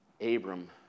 Abram